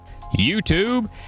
YouTube